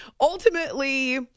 Ultimately